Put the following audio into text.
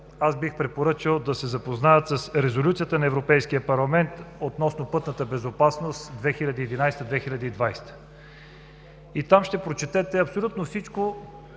бих препоръчал да се запознаят с Резолюцията на Европейския парламент относно пътната безопасност 2011-2020 г. Там ще прочетете абсолютно всичко,